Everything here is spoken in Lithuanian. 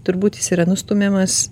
turbūt jis yra nustumiamas